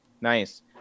nice